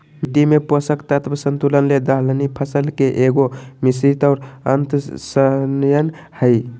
मिट्टी में पोषक तत्व संतुलन ले दलहनी फसल के एगो, मिश्रित और अन्तर्शस्ययन हइ